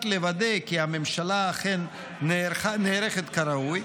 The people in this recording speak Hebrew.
על מנת לוודא כי הממשלה אכן נערכת כראוי,